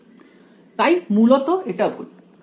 তাই মূলত এটা ভুল